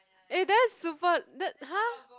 eh that's super that !huh!